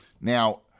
Now